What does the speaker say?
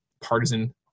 partisan